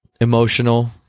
emotional